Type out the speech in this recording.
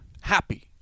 happy